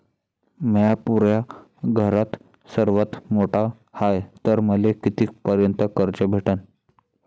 म्या पुऱ्या घरात सर्वांत मोठा हाय तर मले किती पर्यंत कर्ज भेटन?